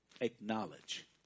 acknowledge